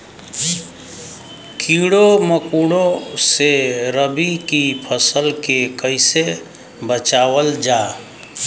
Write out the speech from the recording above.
कीड़ों मकोड़ों से रबी की फसल के कइसे बचावल जा?